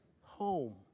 home